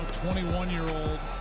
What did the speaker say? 21-year-old